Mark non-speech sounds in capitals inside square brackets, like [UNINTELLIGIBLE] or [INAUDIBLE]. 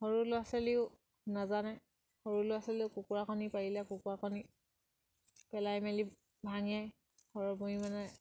সৰু ল'ৰা ছোৱালীও নাজানে সৰু ল'ৰা ছোৱালীয়েও কুকুৰা কণী পাৰিলে কুকুৰা কণী পেলাই মেলি ভাঙে [UNINTELLIGIBLE] মানে